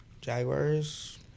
Jaguars